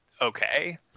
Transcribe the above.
okay